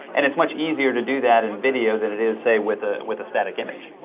and it's much easier to do that in video, than it is, say with ah with a static image.